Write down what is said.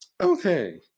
Okay